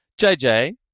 JJ